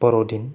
बर'दिन